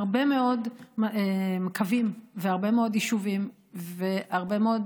הרבה מאוד קווים והרבה מאוד יישובים והרבה מאוד